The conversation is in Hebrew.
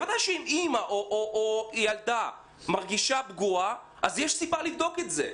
בוודאי שאם אימא או ילדה מרגישה פגועה אז יש סיבה לבדוק את זה.